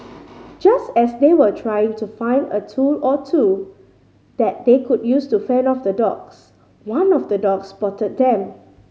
just as they were trying to find a tool or two that they could use to fend off the dogs one of the dogs spotted them